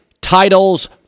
titles